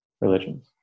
religions